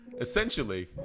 essentially